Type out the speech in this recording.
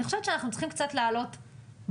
אני חושבת שאנחנו צריכים קצת לעלות ברמה.